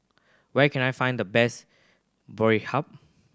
where can I find the best Boribap